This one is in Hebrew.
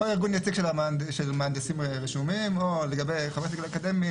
בא הארגון היציג של מהנדסים רשומים או לגבי חברי סגל אקדמי,